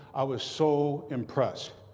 i was so impressed.